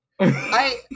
I-